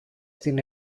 την